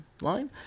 line